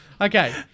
Okay